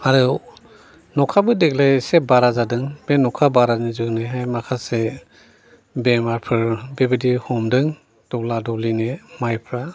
आरो नखाबो देग्लाय एसे बारा जादों बे नखा बारानि जुनैहाय माखासे बेमारफोर बेबादि हमदों दौला दौलिनो माइफ्रा